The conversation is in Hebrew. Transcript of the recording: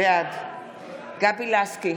בעד גבי לסקי,